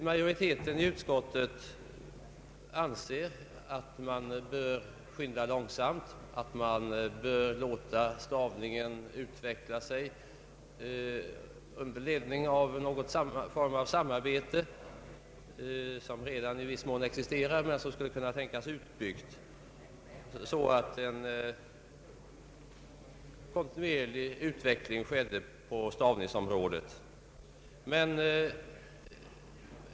Majoriteten i utskottet anser att man bör skynda långsamt och låta stavningen utveckla sig under ledning av ett samarbetsorgan som i viss mån redan existerar och som skulle kunna tänkas utbyggt, varigenom en kontinuerlig utveckling skulle kunna ske på stavningens område.